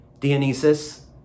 dionysus